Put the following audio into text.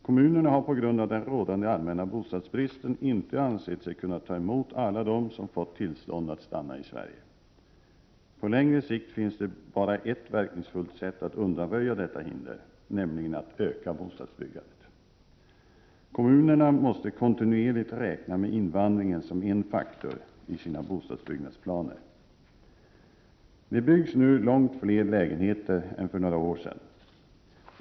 Kommunerna har på grund av den rådande allmänna bostadsbristen inte ansett sig kunna ta emot alla dem som fått tillstånd att stanna i Sverige. På längre sikt finns det bara ett verkningsfullt sätt att undanröja detta hinder, nämligen att öka bostadsbyggandet. Kommunerna måste kontinuerligt räkna med invandringen som en faktor i sina bostadsbyggnadsplaner. Det byggs nu långt fler lägenheter än för några år sedan.